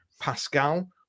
Pascal